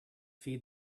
feed